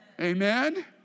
Amen